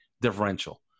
differential